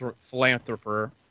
philanthropist